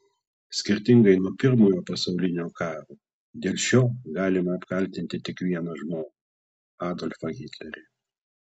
skirtingai nuo pirmojo pasaulinio karo dėl šio galima apkaltinti tik vieną žmogų adolfą hitlerį